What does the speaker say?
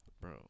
Bro